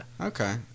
Okay